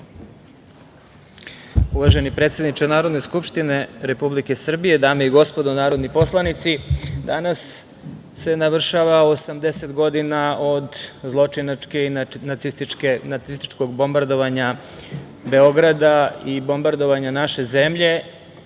Uvaženi predsedniče Narodne Skupštine Republike Srbije, dame i gospodo narodni poslanici, danas se navršava 80 godina od zločinačkog i nacističkog bombardovanja Beograda i bombardovanja naše zemlje. Ono